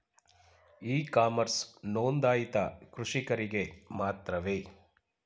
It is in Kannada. ಇ ಕಾಮರ್ಸ್ ನೊಂದಾಯಿತ ಕೃಷಿಕರಿಗೆ ಮಾತ್ರವೇ?